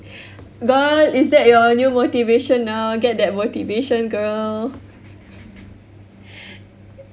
girl is that your new motivation now get that motivation girl